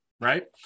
right